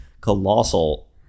colossal